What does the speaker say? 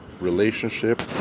relationship